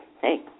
hey